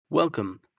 Welcome